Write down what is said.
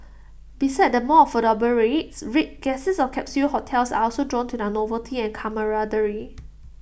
besides the more affordable rates rate guests of capsule hotels are also drawn to their novelty and camaraderie